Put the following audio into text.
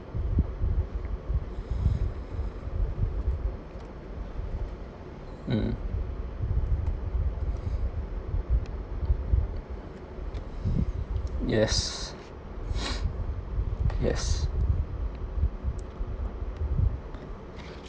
mm yes yes